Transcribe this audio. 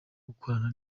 gukorana